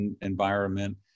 environment